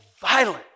violent